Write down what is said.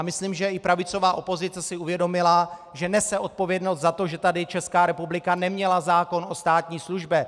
Myslím, že i pravicová opozice si uvědomila, že nese odpovědnost za to, že tady Česká republika neměla zákon o státní službě.